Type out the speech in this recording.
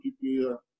people